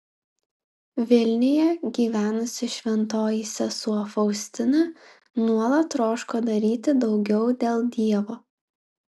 vilniuje gyvenusi šventoji sesuo faustina nuolat troško daryti daugiau dėl dievo